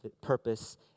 purpose